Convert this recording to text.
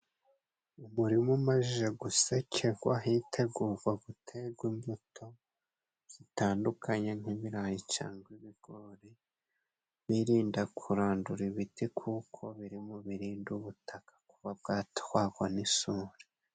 Umurima umaje gusekegwa hitegugwa gutegwa imbuto zitandukanye nk'ibirayi cyangwa ibigori, birinda kurandura ibiti kuko biri mu birinda ubutaka buba bwatwagwa n'isuri.